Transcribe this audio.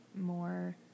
more